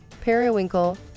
Periwinkle